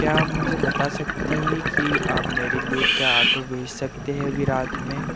क्या आप मुझे बता सकते हैं कि आप मेरे लिए क्या आटो भेज सकते हैं अभी रात में